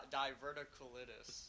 diverticulitis